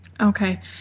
Okay